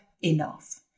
enough